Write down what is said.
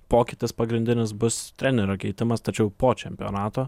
pokytis pagrindinis bus trenerio keitimas tačiau po čempionato